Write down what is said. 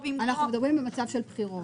אנחנו מדברים על מצב של בחירות.